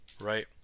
right